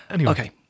Okay